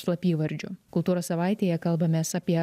slapyvardžiu kultūros savaitėje kalbamės apie